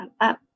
up